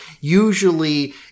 Usually